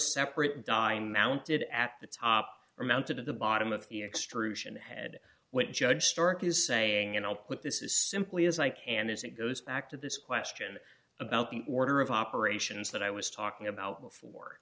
separate dying mounted at the top or mounted at the bottom of the extrusion head when judge stark is saying you know what this is simply as i can as it goes back to this question about the order of operations that i was talking about before